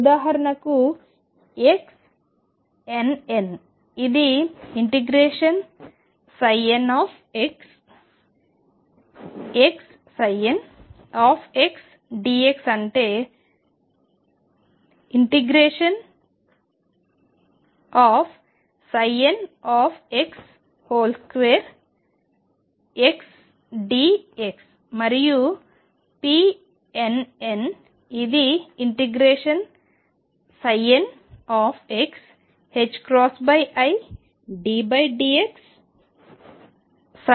ఉదాహరణకు xnnఇది ∫nxxndx అంటే ∫nx2xdx మరియు pnn ఇది ∫nxiddx ndx